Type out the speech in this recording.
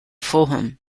fulham